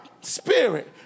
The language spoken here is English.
spirit